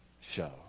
show